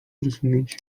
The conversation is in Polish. zrozumieć